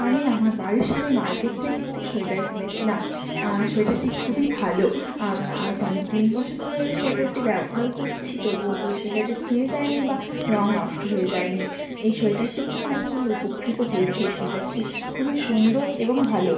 আমি আমার বাড়ির সামনের মার্কেট থেকে একটি সোয়েটার কিনেছিলাম সোয়েটারটি খুবই ভালো আজ আমি তিন বছর ধরে ওই সোয়েটারটি ব্যবহার করছি তবুও ওই সোয়েটারটি ছিঁড়ে যায় নি বা রঙ নষ্ট হয়ে যায় নি এই সোয়েটারটি কিনে আমি খুবই উপকৃত হয়েছি সোয়েটারটি খুবই সুন্দর এবং ভালো